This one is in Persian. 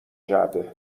جعبه